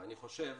אני חושב